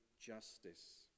justice